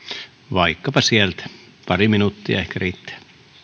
pari minuuttia ehkä riittää